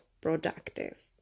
productive